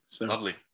Lovely